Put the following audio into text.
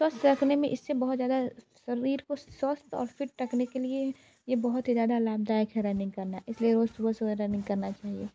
स्वस्थ रखने में इससे बहुत ज़्यादा शरीर को स्वस्थ और फ़िट रखने के लिए ये बहुत ही ज़्यादा लाभदायक है रनिंग करना इसलिए रोज़ सुबह सुबह रनिंग करना चाहिए